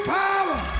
power